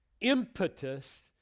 impetus